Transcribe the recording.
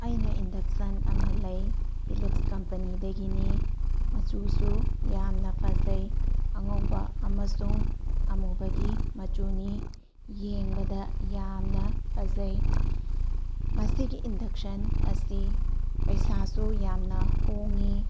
ꯑꯩꯅ ꯏꯟꯗꯛꯁꯟ ꯑꯃ ꯂꯩ ꯐꯤꯂꯤꯞꯁ ꯀꯝꯄꯅꯤꯗꯒꯤꯅꯤ ꯃꯆꯨꯁꯨ ꯌꯥꯝꯅ ꯐꯖꯩ ꯑꯉꯧꯕ ꯑꯃꯁꯨꯡ ꯑꯃꯨꯕꯒꯤ ꯃꯆꯨꯅꯤ ꯌꯦꯡꯕꯗ ꯌꯥꯝꯅ ꯐꯖꯩ ꯃꯁꯤꯒꯤ ꯏꯟꯗꯛꯁꯟ ꯑꯁꯤ ꯄꯩꯁꯥꯁꯨ ꯌꯥꯝꯅ ꯍꯣꯡꯏ